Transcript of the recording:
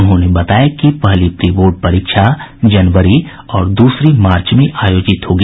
उन्होंने बताया कि पहली प्री बोर्ड परीक्षा जनवरी और दूसरी मार्च में आयोजित होगी